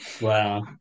Wow